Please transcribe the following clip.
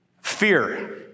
Fear